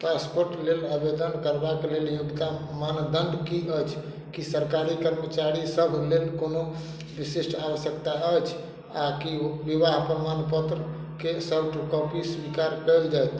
passport लेल आवेदन करबाके लेल योग्यता मानदंड की अछि की सरकारी कर्मचारी सभ लेल कोनो विशिष्ट आवश्यकता अछि आ की विवाह प्रमाणपत्रके सॉफ्टकॉपी स्वीकार कयल जाएत